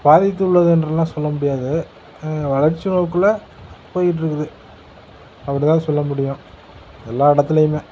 பாதித்துள்ளது என்றெலாம் சொல்ல முடியாது வளர்ச்சி நோக்குள்ள போயிகிட்ருக்குது அப்படி தான் சொல்ல முடியும் எல்லா இடத்திலையுமே